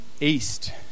east